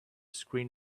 screen